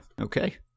Okay